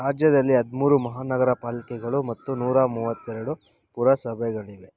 ರಾಜ್ಯದಲ್ಲಿ ಹದಿಮೂರು ಮಹಾನಗರ ಪಾಲಿಕೆಗಳು ಮತ್ತು ನೂರ ಮೂವತ್ತೆರಡು ಪುರಸಭೆಗಳಿವೆ